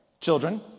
Children